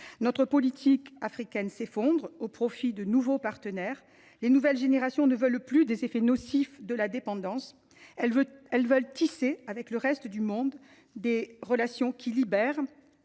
Notre politique africaine s’effondre au profit de nouveaux partenaires. Les nouvelles générations ne veulent plus des effets nocifs de la dépendance. Elles souhaitent tisser avec le reste du monde des relations qui libèrent.